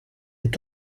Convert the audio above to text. est